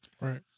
Right